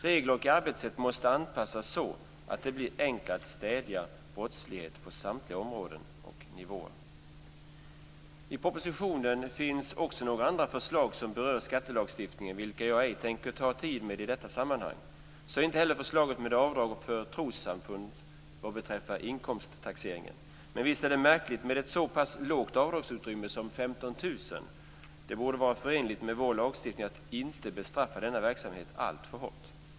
Regler och arbetssätt måste anpassas så att det blir enklare att stävja brottslighet på samtliga områden och nivåer. I propositionen finns också några andra förslag som berör skattelagstiftningen, vilka jag ej tänker ta tid med i detta sammanhang. Så inte heller förslaget om avdrag för trossamfund vid inkomsttaxeringen. Men visst är det märkligt med ett så pass lågt avdragsutrymme som 15 000 kr per år. Det borde vara förenligt med vår lagstiftning att inte bestraffa denna verksamhet alltför hårt.